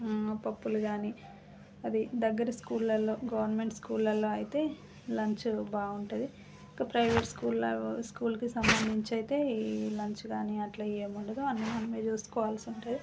పప్పులు కానీఅది దగ్గర స్కూళ్ళల్లో గవర్నమెంట్ స్కూళ్ళల్లో అయితే లంచ్ బాగుంటుంది ఇక ప్రైవేట్ స్కూళ్ళ స్కూలుకి సంబంధించి అయితే లంచ్ కానీ అట్ల ఏమి ఉండదు అన్నీ మనమే చూసుకోవాల్సి ఉంటుంది